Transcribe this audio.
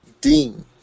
Dean